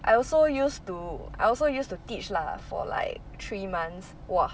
I also used to I also used to teach lah for like three months !wah!